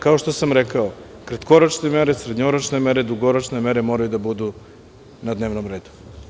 Kao što sam rekao – kratkoročne mere, srednjoročne mere, dugoročne mere moraju da budu na dnevnom redu.